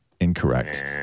Incorrect